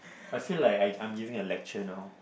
I feel like I I'm giving a lecture now